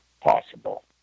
possible